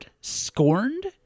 Scorned